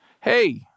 Hey